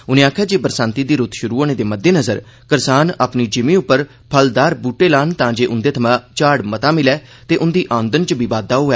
उनें आखेआ जे बरसांती दी रूत षुरु होने दे मद्देनज़र करसान अपनी जिमीं उप्पर फलदार ब्रहटे लान तांजे उंदे थमां झाड़ मता मिलै ते उंदी औंदन च बी बाद्वा होऐ